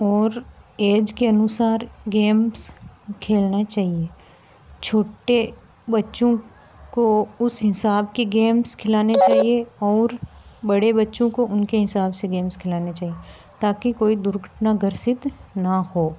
और एज़ के अनुसार गेम्स खेलना चाहिए छोटे बच्चों को उस हिसाब के गेम्स खिलाने चाहिए और बड़े बच्चों को उनके हिसाब से गेम्स खिलाने चाहिए ताकि कोई दुर्घटनाग्रसित न हो